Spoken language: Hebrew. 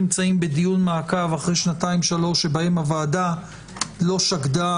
נמצאים בדיון מעקב אחרי שנתיים-שלוש שבהן הוועדה לא שקדה